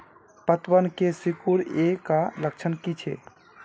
पतबन के सिकुड़ ऐ का लक्षण कीछै?